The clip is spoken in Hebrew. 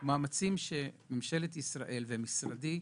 מאמציה של ממשלת ישראל ושל משרדי,